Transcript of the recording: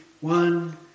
one